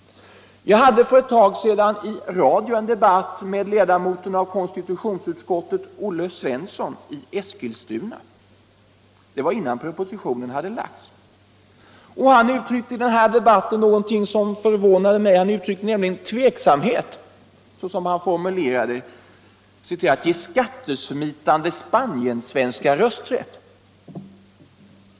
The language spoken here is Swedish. Jag hade för en tid sedan en radiodebatt med ledamoten av konstitutionsutskottet Olle Svensson i Eskilstuna. Den debatten ägde rum innan propositionen hade framlagts. Han förvånade mig i den debatten genom att uttrycka tveksamhet mot att ge ”skattesmitande Spaniensvenskar” rösträtt.